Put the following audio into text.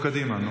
נו, קדימה.